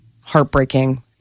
Heartbreaking